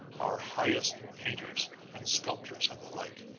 our highest painters and sculptors and the like.